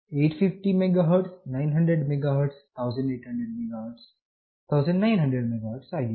850 megahertz 900 megahertz 1800 megahertz megahertz ಆಗಿದೆ